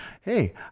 hey